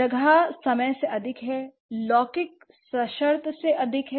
अंतरिक्ष समय से अधिक है लौकिक सशर्त से अधिक है